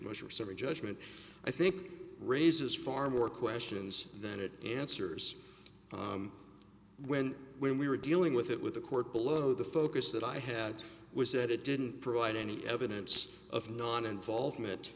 several judgment i think raises far more questions than it answers when when we were dealing with it with the court below the focus that i had was that it didn't provide any evidence of noninvolvement